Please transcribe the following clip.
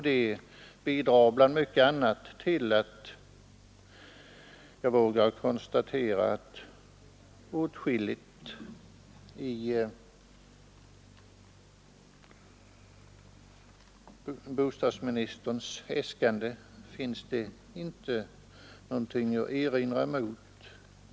Det bidrar bland mycket annat till att jag vågar konstatera att åtskilligt i bostadsministerns äskande finns det inte någonting att erinra mot.